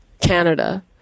Canada